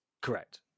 Correct